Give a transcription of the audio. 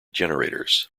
generators